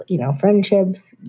you know, friendships,